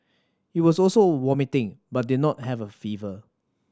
he was also vomiting but did not have a fever